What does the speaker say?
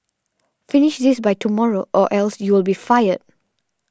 finish this by tomorrow or else you'll be fired